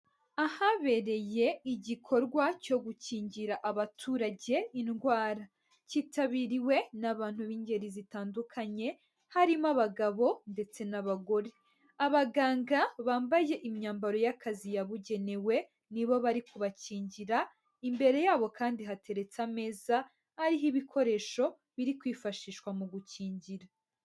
Ahabereye igikorwa cyo gukingira abaturage indwara. Cyitabiriwe n'abantu b'ingeri zitandukanye harimo abagabo ndetse n'abagore. Abaganga bambaye imyambaro y'akazi yabugenewe ni bo bari kubakingira, imbere yabo kandi hateretse ameza ariho ibikoresho biri kwifashishwa mu gukingira.